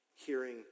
hearing